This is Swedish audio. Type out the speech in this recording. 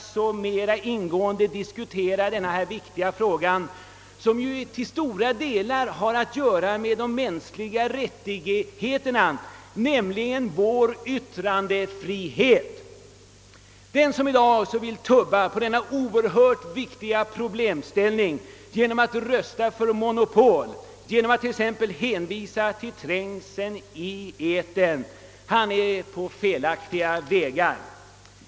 Det är t.ex. fallet med denna viktiga fråga, vilken till stora delar har att göra med en av de mänskliga rättigheterna, nämligen yttrandefriheten. Den som i dag vill tubba på denna oerhört viktiga rättighet och rösta för monopol genom att t.ex. hänvisa till trängseln i etern befinner sig på felaktiga vägar.